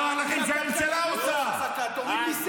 אם הכלכלה כל כך חזקה, תוריד מיסים.